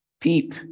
peep